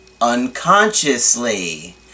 unconsciously